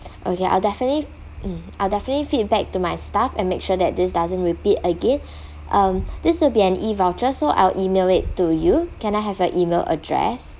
okay I'll definitely mm I'll definitely feedback to my staff and make sure that this doesn't repeat again um this will be an E voucher so I'll email it to you can I have your email address